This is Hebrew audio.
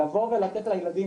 לבוא ולתת לילדים,